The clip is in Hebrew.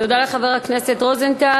תודה לחבר הכנסת רוזנטל.